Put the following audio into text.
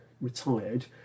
retired